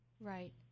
Right